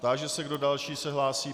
Táži se, kdo další se hlásí.